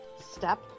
Step